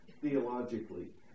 theologically